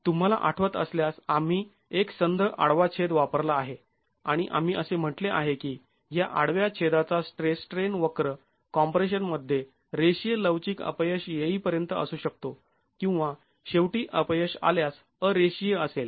तुम्हाला आठवत असल्यास आम्ही एकसंध आडवा छेद वापरला आहे आणि आम्ही असे म्हटले आहे की ह्या आडवा छेदाचा स्ट्रेस स्ट्रेन वक्र कॉम्प्रेशन मध्ये रेषीय लवचिक अपयश येईपर्यंत असू शकतो किंवा शेवटी अपयश आल्यास अरेषीय असेल